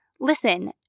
Listen